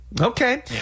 Okay